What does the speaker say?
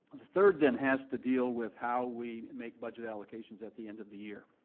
third then has to deal with how we make budget allocations at the end of the year.